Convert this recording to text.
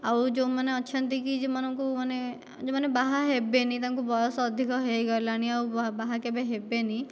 ଆଉ ଯେଉଁମାନେ ଅଛନ୍ତିକି ଯେଉଁମାନଙ୍କୁ ମାନେ ଯେଉଁମାନେ ବାହାହେବେନି ତାଙ୍କୁ ବୟସ ଅଧିକ ହୋଇଗଲାଣି ଆଉ ବାହା କେବେ ହେବେନି